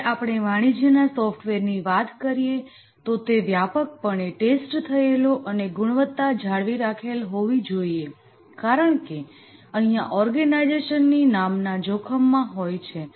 જ્યારે આપણે વાણિજ્યના સોફ્ટવેરની વાત કરીએ તો તે વ્યાપક પણે ટેસ્ટ થયેલો અને ગુણવત્તા જાળવી રાખેલ હોવી જોઈએ કારણકે અહીંયા ઓર્ગેનાઇઝેશનની નામના જોખમમાં હોય છે